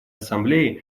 ассамблеи